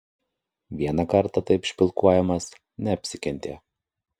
vieną kartą taip špilkuojamas neapsikentė